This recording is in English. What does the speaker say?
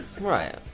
Right